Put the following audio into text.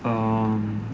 err